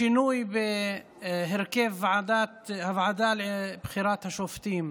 לשינוי בהרכב הוועדה לבחירת השופטים.